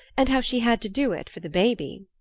and how she had to do it for the baby.